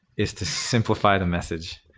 is to simplify the message.